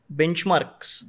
benchmarks